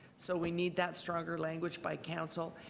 so we need that stranger language by council.